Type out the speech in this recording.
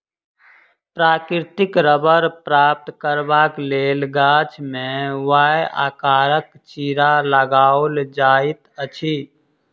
प्राकृतिक रबड़ प्राप्त करबाक लेल गाछ मे वाए आकारक चिड़ा लगाओल जाइत अछि